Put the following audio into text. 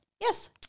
Yes